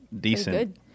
decent